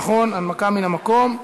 הנמקה מהמקום?